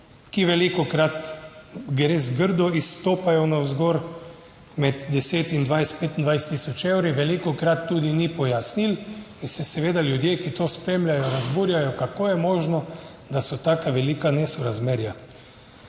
ki velikokrat res grdo izstopajo navzgor, med 10 in 20, 25000 evri. Velikokrat tudi ni pojasnil in se seveda ljudje, ki to spremljajo razburjajo kako je možno, da so taka velika nesorazmerja.